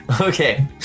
Okay